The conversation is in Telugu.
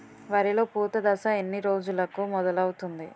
వరిలో పూత దశ ఎన్ని రోజులకు మొదలవుతుంది?